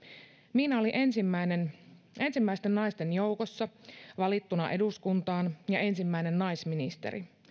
miina oli ensimmäisten naisten joukossa jotka valittiin eduskuntaan ja ensimmäinen naisministeri